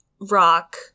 rock